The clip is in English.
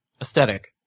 Aesthetic